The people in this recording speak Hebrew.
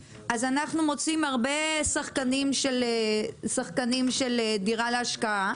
אז אנחנו מוצאים הרבה שחקנים של דירה להשקעה,